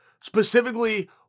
specifically